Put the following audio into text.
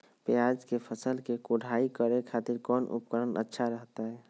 प्याज के फसल के कोढ़ाई करे खातिर कौन उपकरण अच्छा रहतय?